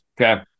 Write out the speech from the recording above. Okay